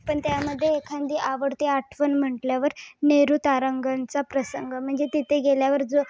पण त्यामध्ये एखादी आवडती आठवण म्हटल्यावर नेहरू तारांगणचा प्रसंग म्हणजे तिथे गेल्यावर जो